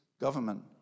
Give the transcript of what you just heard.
government